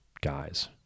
guys